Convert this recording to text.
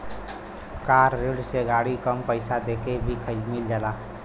कार ऋण से गाड़ी कम पइसा देके भी मिल जाला